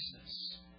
Jesus